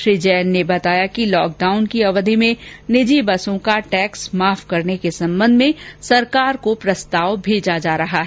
श्री जैन ने बताया कि लॉकडाउन की अवधि में निजी बसों का टैक्स माफ करने के संबंध में सरकार को प्रस्ताव भेजा जा रहा है